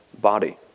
body